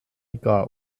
got